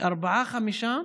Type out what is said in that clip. ארבעה-חמישה,